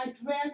address